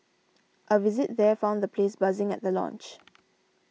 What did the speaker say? a visit there found the place buzzing at the launch